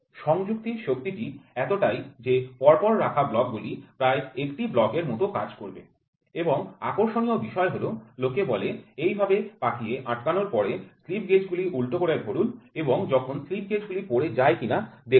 সংযুক্তির শক্তিটি এতটাই যে পরপর রাখা ব্লগগুলি প্রায় একটি ব্লক এর মত কাজ করবে এবং আকর্ষণীয় বিষয় হল লোকে বলে এইভাবে পাকিয়ে আটকানোর পরে স্লিপ গেজ গুলি উল্টো করে ধরুন এবং তখন স্লিপ গেজ গুলি পড়ে যায় কিনা তা দেখুন